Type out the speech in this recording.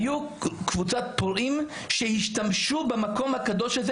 הייתה קבוצת פורעים שהשתמשה במקום הקדוש הזה.